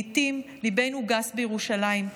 לעיתים ליבנו גס בירושלים,